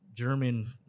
German